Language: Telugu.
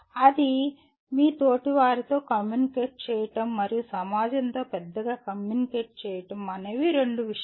అది మీ తోటివారితో కమ్యూనికేట్ చేయడం మరియు సమాజంతో పెద్దగా కమ్యూనికేట్ చేయడం అనేవి రెండు విషయాలు